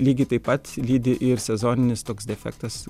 lygiai taip pat lydi ir sezoninis toks defektas